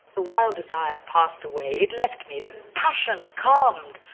the wild desire passed away. it left me. the passion calmed.